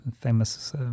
famous